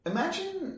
Imagine